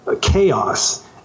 chaos